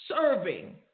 serving